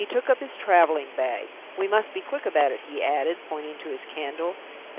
he took up his traveling-bag. we must be quick about it, he added, pointing to his candle.